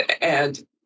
and-